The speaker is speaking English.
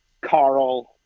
Carl